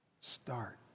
start